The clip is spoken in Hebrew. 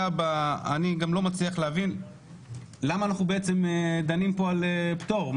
אני גם לא מצליח להבין למה אנחנו בעצם דנים פה על פטור.